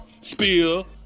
Spill